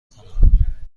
کنم